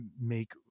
make